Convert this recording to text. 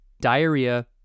diarrhea